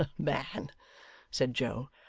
man said joe,